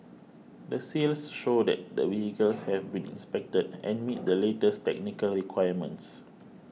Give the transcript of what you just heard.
the seals show that the vehicles have been inspected and meet the latest technical requirements